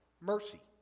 mercy